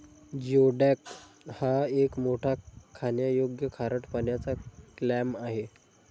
geoduck हा एक मोठा खाण्यायोग्य खारट पाण्याचा क्लॅम आहे